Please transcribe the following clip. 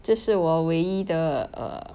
这是我唯一的 err